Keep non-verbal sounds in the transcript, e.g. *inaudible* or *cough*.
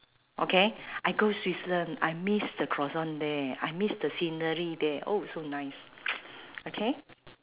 okay I go switzerland I miss the croissant there I miss the scenery there oh so nice *noise* okay